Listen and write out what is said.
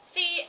See